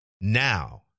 now